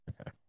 okay